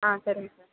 சரிங்க சார்